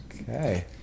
Okay